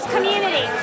Community